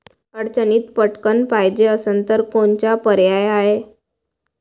अडचणीत पटकण पायजे असन तर कोनचा पर्याय हाय?